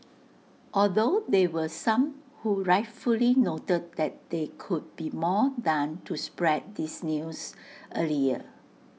although there were some who rightfully noted that there could be more done to spread this news earlier